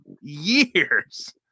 years